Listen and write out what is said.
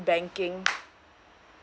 banking